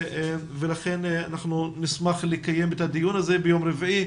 ולכן נשמח לקיים את הדיון ביום רביעי,